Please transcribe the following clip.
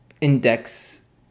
index